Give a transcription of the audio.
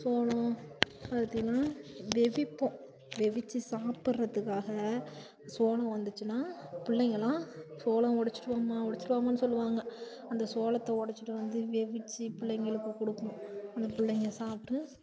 சோளம் பருத்தி எல்லாம் வெவிப்போம் வெவிச்சு சாப்புடுறத்துக்காக சோளம் வந்துச்சுன்னா பிள்ளைங்கள்லாம் சோளம் ஒடிச்சிட்டு வாம்மா ஒடிச்சிட்டு வாம்மான்னு சொல்லுவாங்க அந்த சோளத்தை ஒடைச்சிட்டு வந்து வெவிச்சு பிள்ளைங்களுக்கு கொடுப்போம் அந்த பிள்ளைங்க சாப்பிட்டு